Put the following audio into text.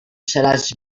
seràs